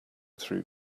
through